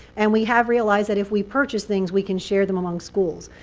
and we have realized that if we purchase things, we can share them among schools.